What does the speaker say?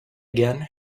again